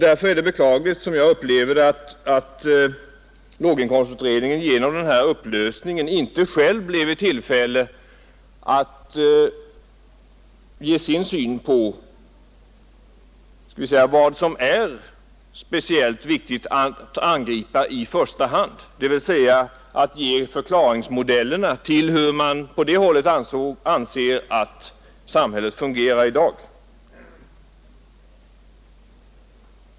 Därför är det beklagligt, att låginkomstutredningen på grund av upplösningen inte själv blev i tillfälle att ge sin syn på vad som är speciellt viktigt att angripa i första hand, på grundval av förklaringsmodeller till hur man anser att samhället fungerar i dag.